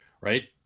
Right